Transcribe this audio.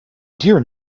dear